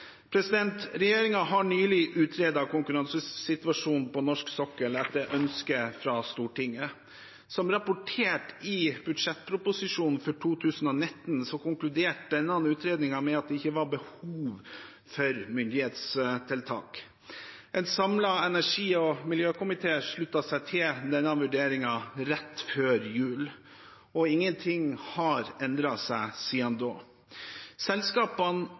har nylig utredet konkurransesituasjonen på norsk sokkel etter ønske fra Stortinget. Som rapportert i budsjettproposisjonen for 2019, konkluderte denne utredningen med at det ikke var behov for myndighetstiltak. En samlet energi- og miljøkomité sluttet seg til denne vurderingen rett før jul, og ingenting har endret seg siden da. Selskapene